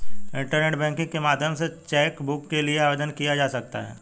internet banking के माध्यम से चैकबुक के लिए आवेदन दिया जा सकता है